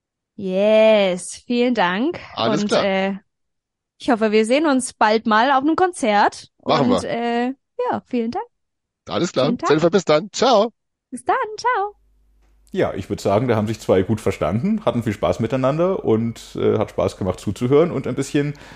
Yes, vielen Dank. Alles Und, klar. äh, ich hoffe, wir sehen uns bald mal auf einem Konzert. Machen Und, wir. äh, ja, vielen Dank. Alles klar. Vielen Dank. Jennifer, bis dann. Ciao. Bis dann. Ciao. Ja, ich würd sagen, da haben sich zwei gut verstanden, hatten viel Spaß miteinander und, äh, hat Spaß gemacht zuzuhören und ein bisschen